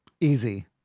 easy